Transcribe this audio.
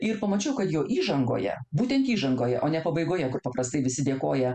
ir pamačiau kad jau įžangoje būtent įžangoje o ne pabaigoje kur paprastai visi dėkoja